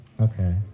Okay